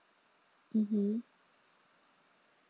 mmhmm